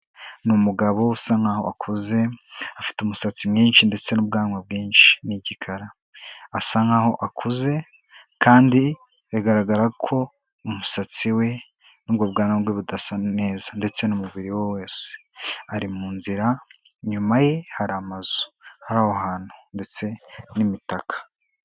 Ni umugabo usa nk'aho akuze afite umusatsi mwinshi ndetse n'ubwanwa bwinshi n'igikara, asa nk'aho akuze kandi bigaragara ko umusatsi we n'ubwo bwanwa bwe budasa neza ndetse n'umubiri we wese ari mu nzira, inyuma ye hari amazu ari aho hantu ndetse n'imitaka.